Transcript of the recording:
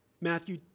Matthew